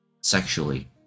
sexually